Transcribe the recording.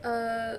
err